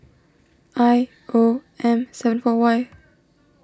I O M seven four Y